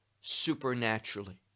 supernaturally